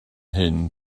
hyn